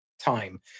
time